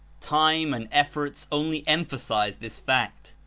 time and efforts only emphasize this fact.